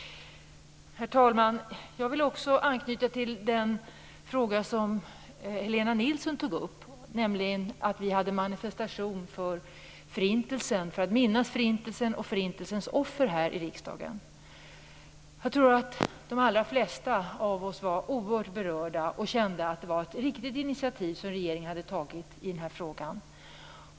Herr talman! Jag vill också anknyta till den fråga som Helena Nilsson tog upp, nämligen att vi hade manifestation för att minnas förintelsen och för förintelsens offer här i riksdagen. Jag tror att de allra flesta av oss var oerhört berörda och kände att det var ett riktigt initiativ som regeringen hade tagit i den frågan.